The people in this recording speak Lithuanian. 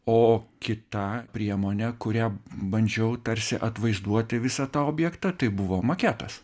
o kita priemonė kuria bandžiau tarsi atvaizduoti visą tą objektą tai buvo maketas